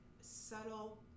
subtle